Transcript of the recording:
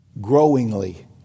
growingly